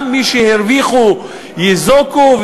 גם מי שהרוויחו יינזקו,